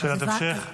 שאלת המשך?